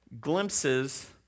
glimpses